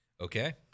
Okay